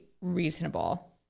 reasonable